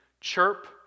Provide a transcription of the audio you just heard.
Chirp